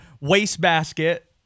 wastebasket